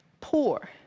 poor